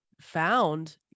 found